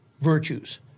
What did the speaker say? virtues